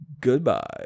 goodbye